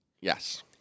Yes